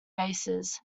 bases